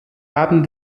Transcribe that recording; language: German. haben